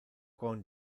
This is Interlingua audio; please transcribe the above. con